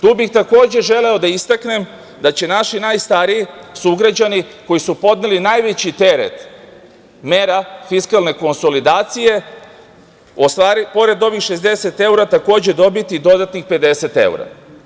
Tu bih, takođe želeo da istaknem da će naši najstariji sugrađani koji su podneli najveći teret mera fiskalne konsolidacije pored ovih 60 evra, takođe dobiti dodatnih 50 evra.